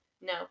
No